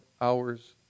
hours